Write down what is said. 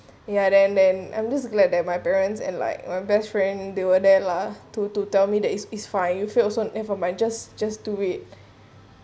ya then then I'm just glad that my parents and like my best friend they were there lah to to tell me that it's it's fine you fail also never mind just just do it